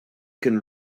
can